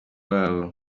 babo